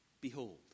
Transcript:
Behold